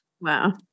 Wow